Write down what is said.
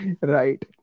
Right